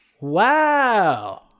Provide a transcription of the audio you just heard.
Wow